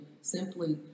simply